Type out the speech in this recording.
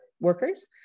workers